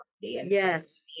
yes